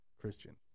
Christian